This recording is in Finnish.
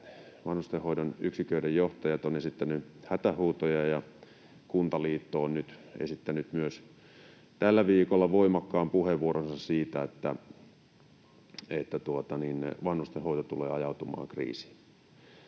vanhustenhoidon yksiköiden johtajat ovat esittäneet hätähuutoja, ja Kuntaliitto on nyt esittänyt myös tällä viikolla voimakkaan puheenvuoronsa siitä, että vanhustenhoito tulee ajautumaan kriisiin.